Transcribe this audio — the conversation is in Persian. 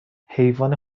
حیوان